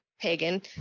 pagan